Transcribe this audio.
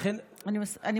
לכן, אני מסכימה.